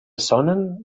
sonen